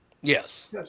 Yes